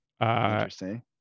Interesting